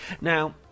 Now